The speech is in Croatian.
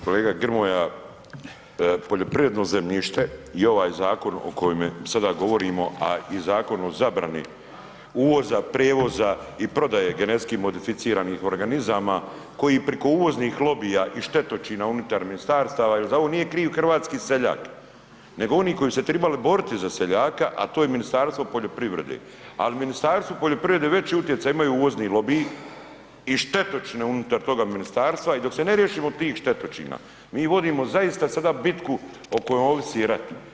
Kolega Grmoja, poljoprivredno zemljište i ovaj zakon o kojem sada govorimo, a i Zakon o zabrani uvoza, prijevoza i prodaje GMO-a, koji preko uvoznih lobija i štetočina unutar ministarstava, jer za ovo nije kriv hrvatski seljak nego oni koji bi se tribali boriti za seljaka, a to je Ministarstvo poljoprivrede, al Ministarstvo poljoprivrede veći utjecaj imaju uvozni lobiji i štetočine unutar toga ministarstva i dok se ne riješimo tih štetočina, mi vodimo zaista sada bitku o kojoj ovisi rat.